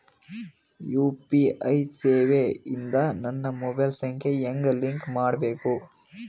UPI ಸೇವೆ ಇಂದ ನನ್ನ ಮೊಬೈಲ್ ಸಂಖ್ಯೆ ಹೆಂಗ್ ಲಿಂಕ್ ಮಾಡಬೇಕು?